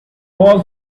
all